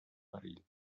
perill